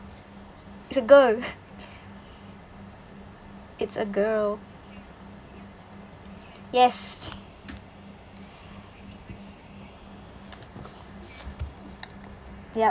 it's a girl it's a girl yes yup